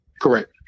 Correct